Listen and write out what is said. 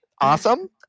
Awesome